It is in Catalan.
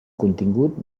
contingut